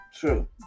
true